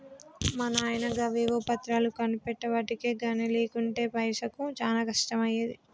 మా నాయిన గవేవో పత్రాలు కొనిపెట్టెవటికె గని లేకుంటెనా పైసకు చానా కష్టమయ్యేది